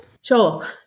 Sure